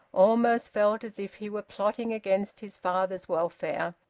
almost felt as if he were plotting against his father's welfare.